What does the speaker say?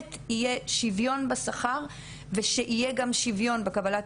שבאמת יהיה שוויון בשכר ושיהיה גם שוויון בקבלת